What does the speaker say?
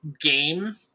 game